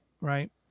Right